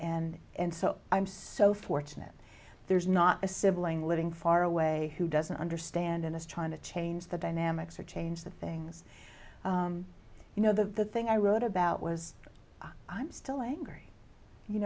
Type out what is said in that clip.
and so i'm so fortunate there's not a sibling living far away who doesn't understand and us trying to change the dynamics or change the things you know the thing i wrote about was i'm still angry you